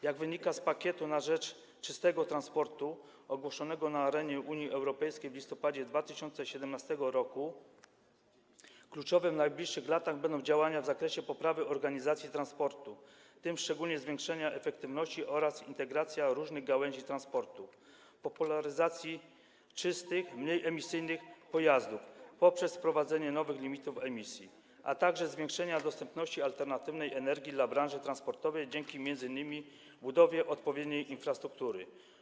Jak wynika z „Pakietu na rzecz czystego transportu” ogłoszonego na arenie Unii Europejskiej w listopadzie 2017 r., kluczowe w najbliższych latach będą działania w zakresie poprawy organizacji transportu - w tym szczególnie zwiększenie efektywności oraz integracja różnych gałęzi transportu - popularyzacji czystych, mniej emisyjnych pojazdów poprzez wprowadzenie nowych limitów emisji, a także zwiększenia dostępności alternatywnej energii dla branży transportowej, m.in. dzięki budowie odpowiedniej infrastruktury.